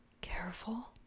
Careful